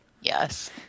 Yes